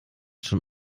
schon